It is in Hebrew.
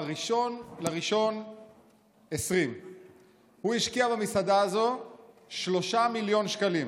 ב-1 בינואר 2020. הוא השקיע במסעדה הזאת 3 מיליון שקלים.